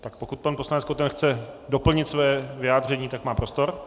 Tak pokud pan poslanec Koten chce doplnit své vyjádření, má prostor.